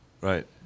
Right